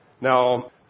Now